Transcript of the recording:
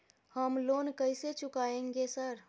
हम लोन कैसे चुकाएंगे सर?